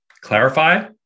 clarify